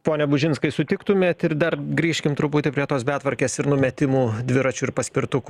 pone bužinskai sutiktumėt ir dar grįžkim truputį prie tos betvarkės ir numetimų dviračių ir paspirtukų